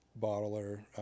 bottler